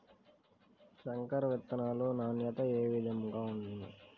సంకర విత్తనాల నాణ్యత ఏ విధముగా ఉండును?